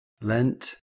lent